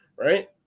right